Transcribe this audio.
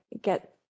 get